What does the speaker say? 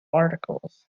articles